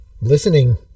listening